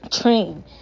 train